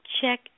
check